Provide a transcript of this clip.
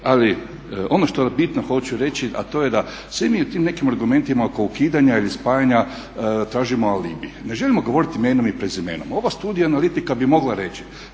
Ali ono što bitno hoću reći a to je da svi mi u tim nekim argumentima oko ukidanja ili spajanja tražimo alibi. Ne želimo govoriti imenom i prezimenom. Ova studija analitika bi mogla reći